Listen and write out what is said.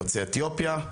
יוצאי אתיופיה.